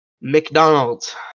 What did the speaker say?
McDonald's